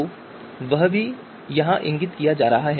तो वह भी यहाँ इंगित किया जा रहा है